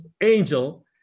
Angel